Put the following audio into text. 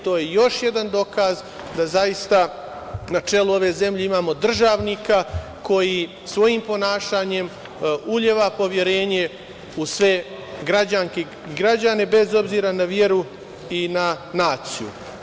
To je još jedan dokaz da zaista na čelu ove zemlje imamo državnika koji svojim ponašanjem uliva poverenje u sve građanke i građane, bez obzira na veru i na naciju.